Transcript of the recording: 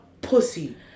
pussy